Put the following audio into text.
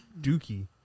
Dookie